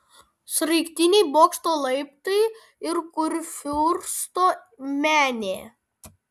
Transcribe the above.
sraigtiniai bokšto laiptai ir kurfiursto menė